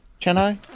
Chennai